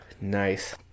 Nice